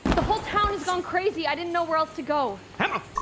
the whole town has gone crazy, i didn't know where else to go. emma!